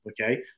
okay